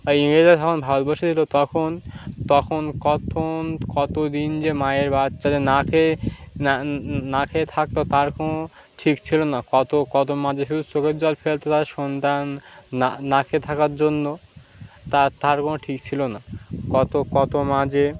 আর ইংরেজরা যখন ভারতবর্ষে ছিল তখন তখন কত দিন যে মায়ের বাচ্চা যে না খেয়ে না না খেয়ে থাকতো তার কোনো ঠিক ছিল না কত কত মা যে শুধু চোখের জল ফেলতো তার সন্তান না না খেয়ে থাকার জন্য তার কোনো ঠিক ছিল না কত কত মা যে